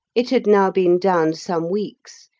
it had now been down some weeks,